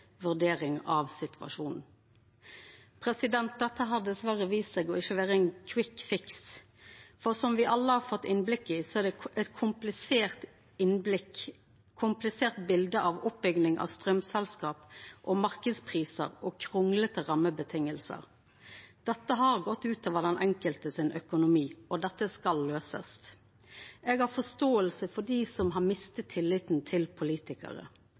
Dette har dessverre vist seg ikkje å vera ein kvikkfiks, for som me alle har fått innblikk i, er det eit komplisert bilete av oppbygging av straumselskap, marknadsprisar og krunglete rammevilkår. Dette har gått ut over økonomien til den enkelte, og dette skal løysast. Eg har forståing for dei som har mista tilliten til politikarar,